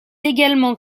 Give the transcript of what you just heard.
également